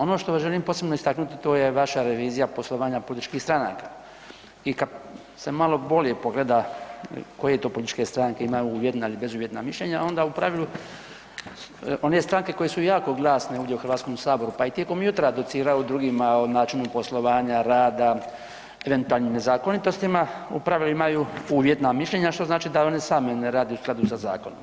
Ono što želim posebno istaknuti, to je vaša revizija poslovanja političkih stranaka i kad se malo bolje pogleda koje to političke stranke imaju uvjetna ili bezuvjetna mišljenja, onda u pravilu one stranke koje su jako glasne ovdje u Hrvatskom saboru pa i tijekom jutra, docirao drugima o načinu poslovanja, rada, eventualnim nezakonitostima, u pravilu imaju uvjetna mišljenja što znači da one same ne rade u skladu sa zakonom.